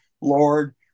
Lord